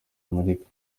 amerika